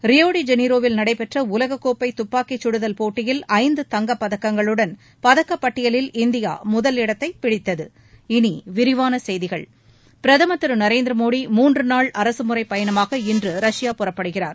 ரியோடி ஜெனிரோவில் நடைபெற்ற உலகக் கோப்பை தப்பாக்கிச் கடுதல் போட்டியில் ஐந்து தங்கப்பதக்கங்களுடன் பதக்கப்பட்டியலில் இந்தியா முதல் இடத்தை பிடித்தது இனி விரிவான செய்திகள் பிரதமர் திரு நரேந்திரமோடி மூன்று நாள் அரசு முறை பயணமாக இன்று ரஷ்யா புறப்படுகிறார்